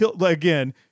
again